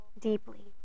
deeply